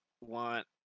want